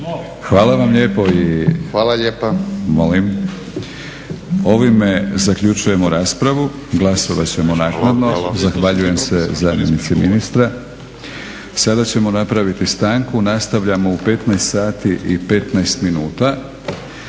Milorad (HNS)** Ovime zaključujemo raspravu. Glasovati ćemo naknadno. Zahvaljujem se zamjenici ministra. Sada ćemo napraviti stanku, nastavljamo u 15 sati i 15 minuta